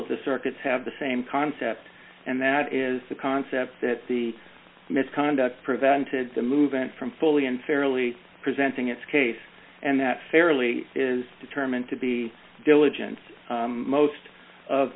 of the circuits have the same concept and that is the concept that the misconduct prevented the movement from fully and fairly presenting its case and that fairly is determined to be diligence most of